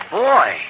boy